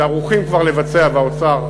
שערוכים כבר לבצע, והאוצר,